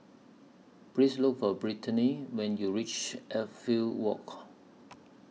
Please Look For Britany when YOU REACH Walk